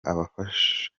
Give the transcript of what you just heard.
abafashwe